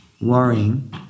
worrying